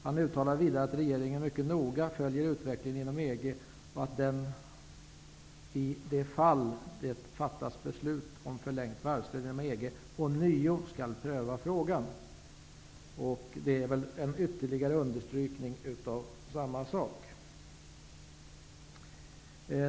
Han uttalade vidare att regeringen mycket noga följer utvecklingen inom EG och att den, i det fall att det fattas beslut om förlängt varvsstöd inom EG, ånyo kommer att pröva frågan.'' Det stryker väl ytterligare under samma sak.